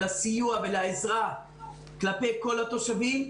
לסיוע ולעזרה כלפי כל התושבים,